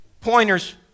Pointers